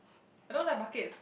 I don't like buckets